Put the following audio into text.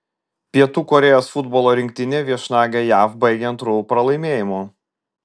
pietų korėjos futbolo rinktinė viešnagę jav baigė antru pralaimėjimu